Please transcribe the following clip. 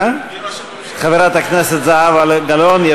חברת הכנסת זהבה גלאון,